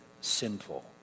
sinful